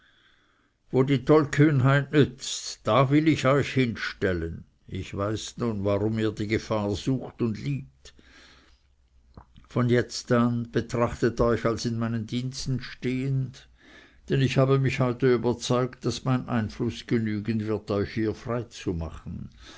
wo die tollkühnheit nützt da will ich euch hinstellen ich weiß nun warum ihr die gefahr sucht und liebt von jetzt an betrachtet euch als in meinen diensten stehend denn ich habe mich heute überzeugt daß mein einfluß genügen wird euch hier frei zu machen